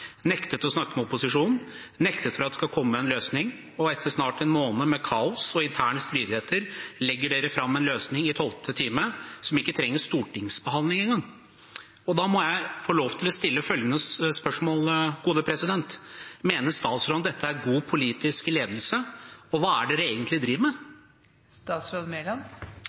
nektet å snakke med opposisjonen, nektet for at det skal komme en løsning, og etter snart en måned med kaos og interne stridigheter legger den fram en løsning i tolvte time som ikke trenger stortingsbehandling engang. Da må jeg få lov til å stille følgende spørsmål: Mener statsråden dette er god politisk ledelse, og hva er det regjeringen egentlig